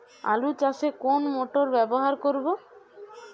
আলু চাষে কোন মোটর ব্যবহার করব?